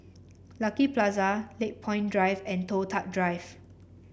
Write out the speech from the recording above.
Lucky Plaza Lakepoint Drive and Toh Tuck Drive